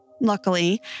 Luckily